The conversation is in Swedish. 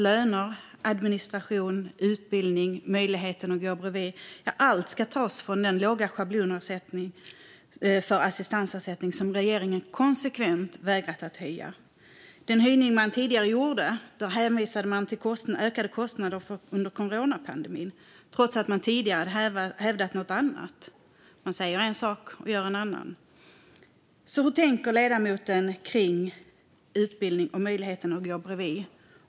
Löner, administration, utbildning och möjligheten att gå bredvid ska tas från den låga schablonen för assistansersättning, som regeringen konsekvent har vägrat att höja. Vid den höjning man gjorde hänvisade man till ökade kostnader under coronapandemin, trots att man tidigare hävdat något annat. Man säger en sak och gör en annan. Hur tänker ledamoten om utbildning och möjligheten att gå bredvid?